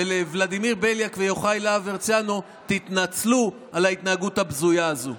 ולוולדימיר בליאק ויוראי להב הרצנו: תתנצלו על ההתנהגות הבזויה הזו.